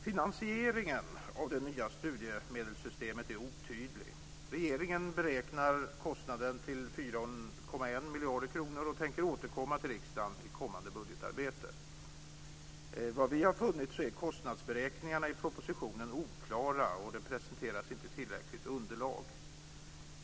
Finansieringen av det nya studiemedelssystemet är otydlig. Regeringen beräknar kostnaden till 4,1 miljarder kronor och tänker återkomma till riksdagen i kommande budgetarbete. Vi har funnit att kostnadsberäkningarna i propositionen är oklara, och det presenteras inte tillräckligt underlag.